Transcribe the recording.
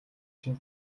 шинэ